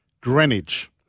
Greenwich